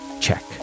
Check